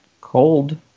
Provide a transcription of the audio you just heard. cold